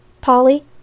Polly